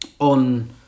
on